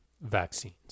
Vaccines